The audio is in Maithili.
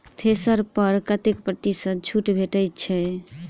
थ्रेसर पर कतै प्रतिशत छूट भेटय छै?